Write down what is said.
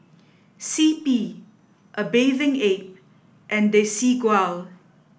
C P A Bathing Ape and Desigual